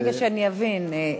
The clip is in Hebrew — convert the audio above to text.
כדי שאבין,